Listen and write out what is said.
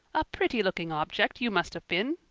a pretty-looking object you must have been!